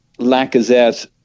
Lacazette